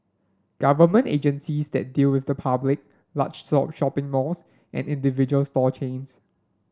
government agencies that deal with the public large shop shopping malls and individual store chains